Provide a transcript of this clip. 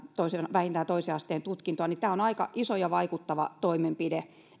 vähintään toisen asteen tutkintoa niin tämä on aika iso ja vaikuttava toimenpide